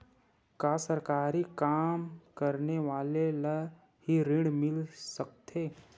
का सरकारी काम करने वाले ल हि ऋण मिल सकथे?